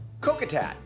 Kokatat